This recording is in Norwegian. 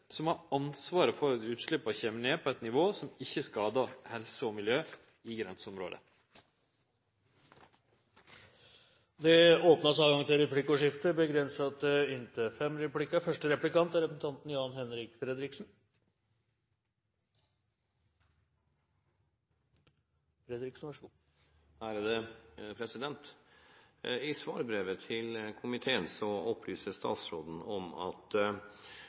som har ansvaret for at utsleppa kjem ned på eit nivå som ikkje skader helse og miljø i grenseområdet. Det blir replikkordskifte. I svarbrevet til komiteen opplyser statsråden at